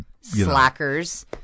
slackers